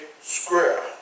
square